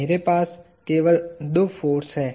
मेरे पास केवल दो फोर्स हैं